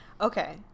Okay